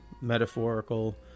metaphorical